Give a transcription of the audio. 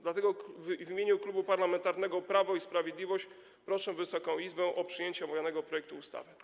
Dlatego w imieniu Klubu Parlamentarnego Prawo i Sprawiedliwość proszę Wysoką Izbę o przyjęcie omawianego projektu ustawy.